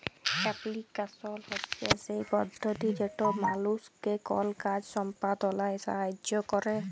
application হছে সেই পদ্ধতি যেট মালুসকে কল কাজ সম্পাদলায় সাহাইয্য ক্যরে